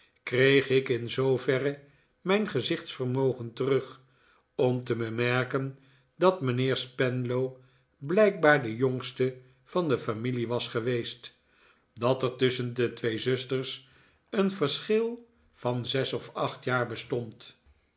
kreeg ik in zooverre mijn gezichtsvermogen terug om te bemerken dat mijnheer spenlow blijkbaar de jongste van de familie was geweest dat er tusschen de twee zusters een verschil van zes of acht jaar bestond